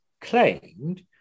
claimed